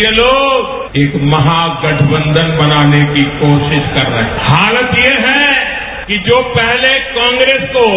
ये लोग एक महागठबंधन बनाने की कोशिश कर रहे हैं हालत ये है कि जो पहले कांग्रेस को